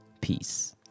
Peace